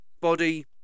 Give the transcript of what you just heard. body